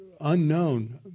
unknown